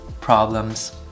problems